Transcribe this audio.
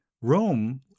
Rome